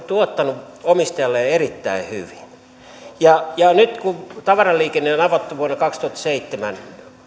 tuottanut omistajalleen erittäin hyvin ja ja nyt kun tavaraliikenne on avattu vuonna kaksituhattaseitsemän